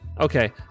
Okay